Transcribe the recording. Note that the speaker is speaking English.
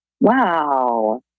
Wow